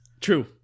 True